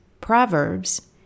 Proverbs